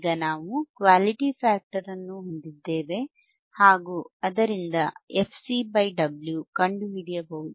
ಈಗ ನಾವು quality factor ಅನ್ನು ಹೊಂದಿದ್ದೇವೆ ಹಾಗು ಅದರಿಂದ ನಾವು fCW ಕಂಡುಹಿಡಿಯಬಹುದು